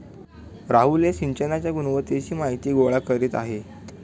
राहुल हे सिंचनाच्या गुणवत्तेची माहिती गोळा करीत आहेत